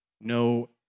no